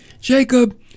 Jacob